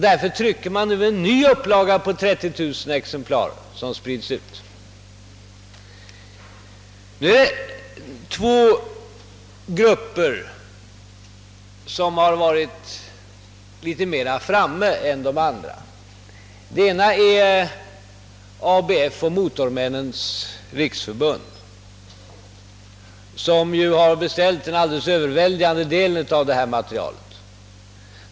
Därför trycker man nu en ny upplaga på 30 000 exemplar. Två grupper har hållit sig framme bättre än andra. Den ena är ABF och Motormännens riksförbund, som har beställt en alldeles överväldigande del av upplagan.